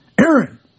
Aaron